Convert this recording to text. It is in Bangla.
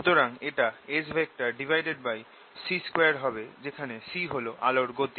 সুতরাং এটা Sc2 হবে যেখানে c হল আলোর গতি